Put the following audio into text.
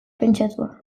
pentsatua